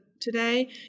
Today